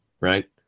right